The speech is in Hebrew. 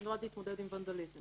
זה נועד להתמודד עם ונדליזם.